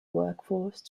workforce